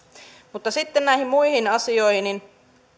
mutta sitten näihin muihin asioihin